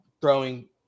throwing